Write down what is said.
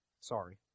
sorry